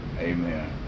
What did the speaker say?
Amen